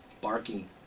barking